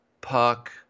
Puck